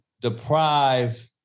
deprive